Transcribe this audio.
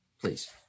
Please